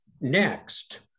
next